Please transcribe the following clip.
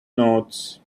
notes